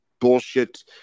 bullshit